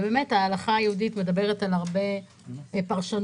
ההלכה היהודית מדברת על הרבה פרשנות,